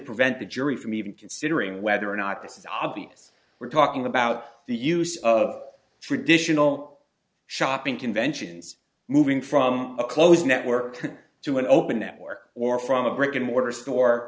prevent the jury from even considering whether or not this is obvious we're talking about the use of traditional shopping conventions moving from a closed network to an open network or from a brick and mortar store